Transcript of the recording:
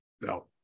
No